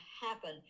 happen